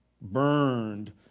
burned